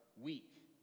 week